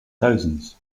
thousands